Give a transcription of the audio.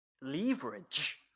leverage